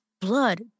blood